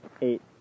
Eight